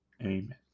Amen